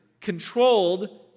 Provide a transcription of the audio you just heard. controlled